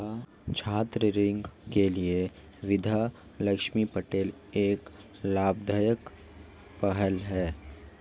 छात्र ऋण के लिए विद्या लक्ष्मी पोर्टल एक लाभदायक पहल है